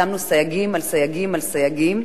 שמנו סייגים על סייגים על סייגים,